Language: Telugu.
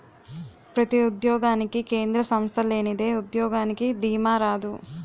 ప్రతి ఉద్యోగానికి కేంద్ర సంస్థ లేనిదే ఉద్యోగానికి దీమా రాదు